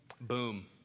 boom